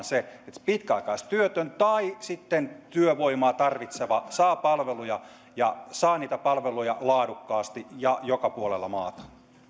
se että pitkäaikaistyötön tai työvoimaa tarvitseva saa palveluja ja saa niitä palveluja laadukkaasti ja joka puolella maata